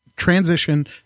transition